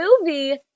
movie